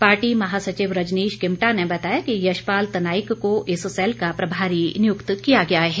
party महासचिव रजनीश किमटा ने बताया कि यशपाल तनाईक को इस सैल का प्रभारी नियुक्त किया गया है